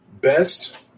best